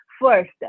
first